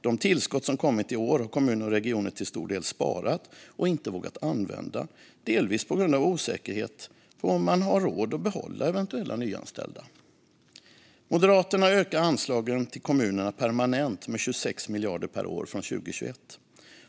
De tillskott som kommit i år har kommuner och regioner till stor del sparat och inte vågat använda, delvis på grund av osäkerhet kring om man har råd att behålla eventuella nyanställda. Moderaterna ökar anslagen till kommunerna permanent med 26 miljarder per år från 2021.